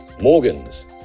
Morgans